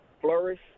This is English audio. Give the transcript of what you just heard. flourish